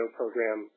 program